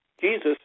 Jesus